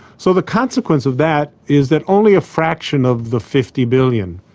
so the consequence of that is that only a fraction of the fifty billion